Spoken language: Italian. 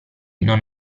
non